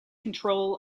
control